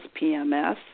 PMS